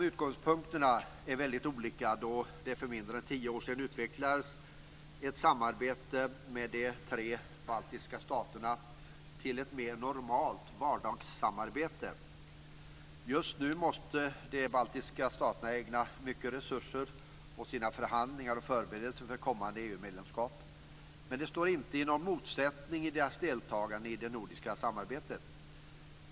Utgångspunkterna är förstås väldigt olika jämfört med när det för mindre än tio år sedan utvecklades ett samarbete med de tre baltiska staterna som övergick till ett mer normalt vardagssamarbete. Just nu måste de baltiska staterna ägna stora resurser åt sina förhandlingar och förberedelser för ett kommande EU medlemskap. Men det står inte i någon motsättning till deras deltagande i det nordiska samarbetet.